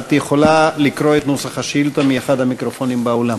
את יכולה לקרוא את נוסח השאילתה מאחד המיקרופונים באולם.